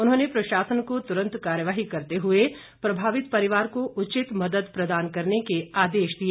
उन्होंने प्रशासन को तुरन्त कार्यवाही करते हुए प्रभावित परिवार को उचित मदद प्रदान करने के आदेश दिए